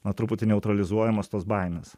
na truputį neutralizuojamos tos baimės